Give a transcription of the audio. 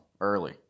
early